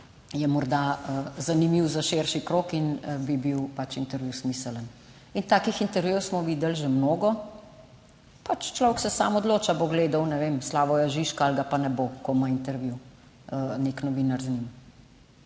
je morda zanimiv za širši krog in bi bil pač intervju smiseln. In takih intervjujev smo videli že mnogo. Pač človek se sam odloča, bo gledal, ne vem, Slavoja Žižka ali ga pa ne bo, ko ima intervju nek novinar z njim,